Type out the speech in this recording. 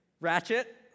Ratchet